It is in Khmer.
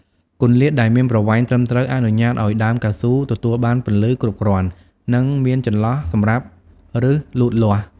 គម្លាតដែលមានប្រវែងត្រឹមត្រូវ អនុញ្ញាតឱ្យដើមកៅស៊ូទទួលបានពន្លឺគ្រប់គ្រាន់ និងមានចន្លោះសម្រាប់ឬសលូតលាស់។